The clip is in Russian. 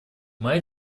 моя